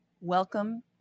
welcome